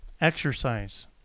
exercise